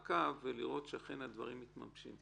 לעשות מעקב ולראות שהדברים אכן מתממשים.